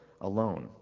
alone